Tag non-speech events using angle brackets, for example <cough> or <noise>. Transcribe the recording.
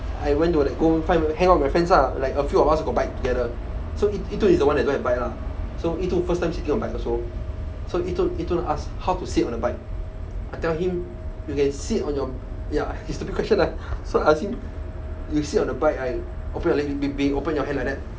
I went to the go~ go hang out with my friends lah like a few of us got bike together so yi dun is the one that don't have bike lah so yi dun first time sitting on bike also so yi dun yi dun ask how to sit on a bike I tell him you can sit on your ya <laughs> stupid question right so I ask him you sit on a bike I open your leg big big open your hand like that